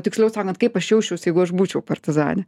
tiksliau sakant kaip aš jausčiausi jeigu aš būčiau partizanė